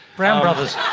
brown brothers